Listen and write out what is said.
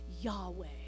Yahweh